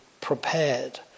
prepared